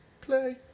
Play